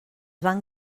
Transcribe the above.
van